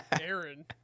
Aaron